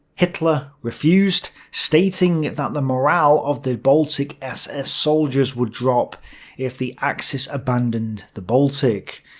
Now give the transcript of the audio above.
hitler refused, stating that the morale of the baltic ss soldiers would drop if the axis abandoned the baltic.